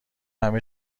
همه